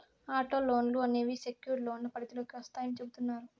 auto లోన్లు అనేవి secured లోన్ల పరిధిలోకి వత్తాయని చెబుతున్నారు